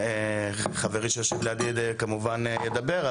חברי שיושב לידי כמובן ידבר,